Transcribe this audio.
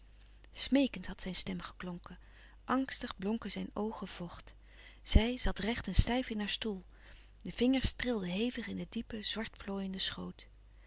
smeekend had zijn stem geklonken angstig blonken zijn oogen vocht zij zat recht en stijf in haar stoel de vingers trilden hevig in den diepen zwart plooienden schoot